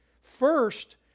First